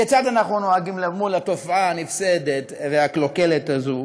כיצד אנחנו נוהגים אל מול התופעה הנפסדת והקלוקלת הזו